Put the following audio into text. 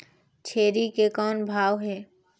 छेरी के कौन भाव हे?